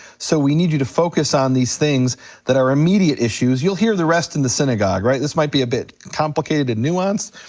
so we need you to focus on these things that are immediate issues, you'll hear the rest in the synagogue, right, this might be a bit complicated and nuanced.